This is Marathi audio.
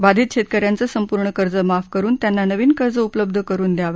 बाधित शेतकऱ्यांचे संपूर्ण कर्ज माफ करून त्यांना नविन कर्ज उपलब्ध करून द्यावे